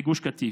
בגוש קטיף.